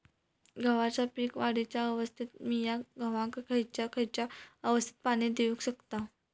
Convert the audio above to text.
गव्हाच्या पीक वाढीच्या अवस्थेत मिया गव्हाक खैयचा खैयचा अवस्थेत पाणी देउक शकताव?